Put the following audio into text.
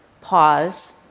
pause